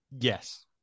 Yes